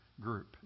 group